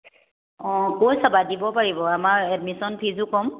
অঁ কৈ চাবা দিব পাৰিব আমাৰ এডমিশ্যন ফিজো কম